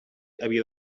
havia